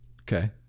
Okay